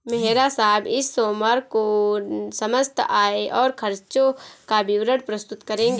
मेहरा साहब इस सोमवार को समस्त आय और खर्चों का विवरण प्रस्तुत करेंगे